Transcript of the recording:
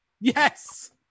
yes